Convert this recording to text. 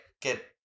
get